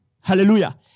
Hallelujah